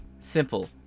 Simple